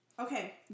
Okay